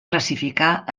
classificar